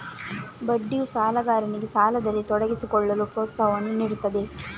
ಬಡ್ಡಿಯು ಸಾಲಗಾರನಿಗೆ ಸಾಲದಲ್ಲಿ ತೊಡಗಿಸಿಕೊಳ್ಳಲು ಪ್ರೋತ್ಸಾಹವನ್ನು ನೀಡುತ್ತದೆ